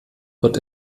wird